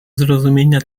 zrozumienia